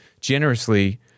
generously